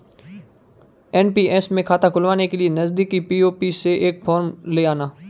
NPS में खाता खुलवाने के लिए नजदीकी पी.ओ.पी से एक फॉर्म ले आना